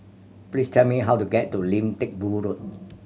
please tell me how to get to Lim Teck Boo Road